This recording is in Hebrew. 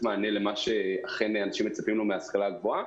מענה למה שאנשים אכן מצפים לו מההשכלה הגבוהה.